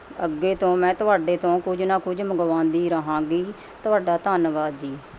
ਅੱਗੇ ਤੋਂ ਮੈਂ ਤੁਹਾਡੇ ਤੋਂ ਕੁਝ ਨਾ ਕੁਝ ਮੰਗਵਾਉਂਦੀ ਰਹਾਂਗੀ ਤੁਹਾਡਾ ਧੰਨਵਾਦ ਜੀ